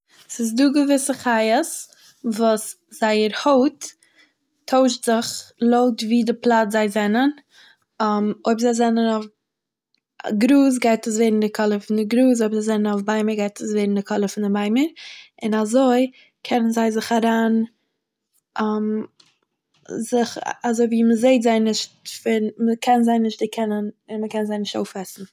ס'איז דא געוויסע חיות וואס זייער הויט טוישט זיך לויט ווי די פלאץ זיי זענען, אויב זיי זענען אויף ג גראז גייט עס ווערן די קאלער פון גראז אויב זיי זענען אויף ביימער גייט עס ווערן די קאלער פון די ביימער, און אזוי קענען זיי זיך אריין זיך אזוי ווי מ'זעהט זיי נישט פון... מ'קען זיי נישט דערקענען און מ'קען זיי נישט אויפעסן.